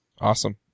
Awesome